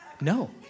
No